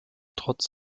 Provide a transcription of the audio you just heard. trotz